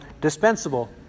dispensable